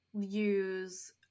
use